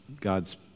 God's